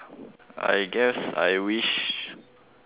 I guess I wish